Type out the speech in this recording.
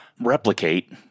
replicate